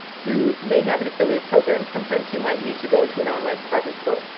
who may have an affiliate program. sometimes you might need to go to an online department store.